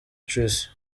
tricia